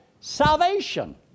salvation